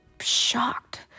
shocked